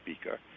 speaker